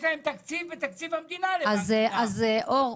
אור,